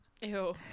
Ew